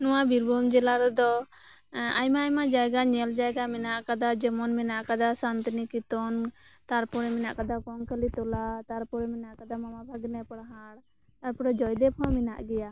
ᱱᱚᱣᱟ ᱵᱤᱨᱵᱷᱩᱢ ᱡᱮᱞᱟ ᱨᱮᱫᱚ ᱟᱭᱢᱟ ᱟᱭᱢᱟ ᱡᱟᱭᱜᱟ ᱧᱮᱞ ᱡᱟᱭᱜᱟ ᱢᱮᱱᱟᱜ ᱟᱠᱟᱫᱟ ᱡᱮᱢᱚᱱ ᱢᱮᱱᱟᱜ ᱟᱠᱟᱫᱟ ᱥᱟᱱᱛᱤᱱᱤᱠᱮᱛᱚᱱ ᱛᱟᱨᱯᱚᱨᱮ ᱢᱮᱱᱟᱜ ᱟᱠᱟᱫᱟ ᱠᱚᱝᱠᱟᱞᱤ ᱛᱚᱞᱟ ᱛᱟᱨᱯᱚᱨᱮ ᱢᱮᱱᱟᱜ ᱠᱟᱫᱟ ᱢᱟᱢᱟ ᱵᱷᱟᱜᱽᱱᱮ ᱯᱟᱦᱟᱲ ᱛᱟᱨᱯᱚᱨᱮ ᱡᱚᱭᱫᱮᱵᱽ ᱦᱚᱸ ᱢᱮᱱᱟᱜ ᱜᱮᱭᱟ